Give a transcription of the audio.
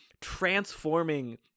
transforming